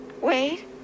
Wait